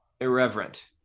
irreverent